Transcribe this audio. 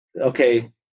okay